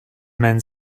men